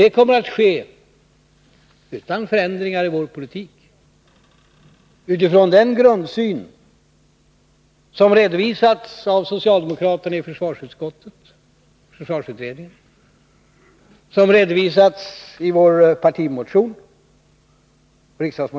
Det kommer att ske utan förändringar i vår politik och med utgångspunkt i den grundsyn som redovisats av socialdemokraterna i försvarsutskottet och försvarsutredningen och i vår partimotion till riksdagen.